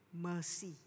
mercy